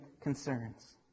concerns